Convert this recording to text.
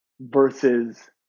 versus